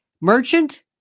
Merchant